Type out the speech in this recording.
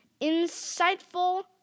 insightful